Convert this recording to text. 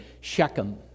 Shechem